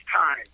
time